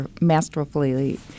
masterfully